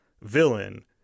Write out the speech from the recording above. villain